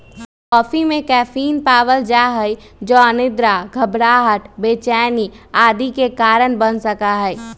coffee में caffeine पावल जा हई जो अनिद्रा, घबराहट, बेचैनी आदि के कारण बन सका हई